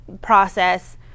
process